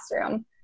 classroom